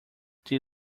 they